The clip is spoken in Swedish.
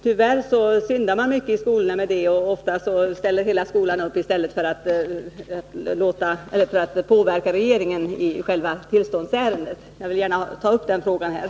Tyvärr syndar man mycket i skolorna när det gäller denna information, och ofta ställer hela skolan upp för att påverka regeringen i själva tillståndsärendet. Jag ville gärna ta upp den frågan här.